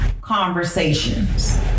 conversations